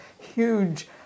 huge